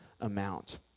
amount